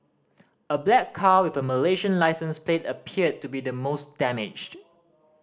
a black car with a Malaysian licence plate appeared to be the most damaged